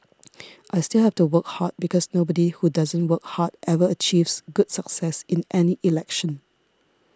I still have to work hard because nobody who doesn't work hard ever achieves good success in any election